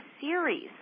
series